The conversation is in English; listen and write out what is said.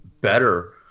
better